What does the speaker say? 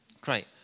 Great